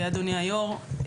אדוני היו"ר.